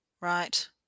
Right